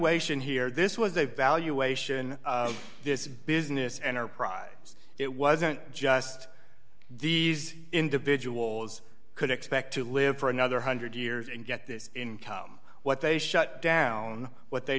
ation here this was a valuation this business enterprise it wasn't just these individuals could expect to live for another one hundred years and get this income what they shut down what they